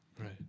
Right